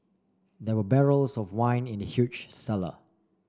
there were barrels of wine in the huge cellar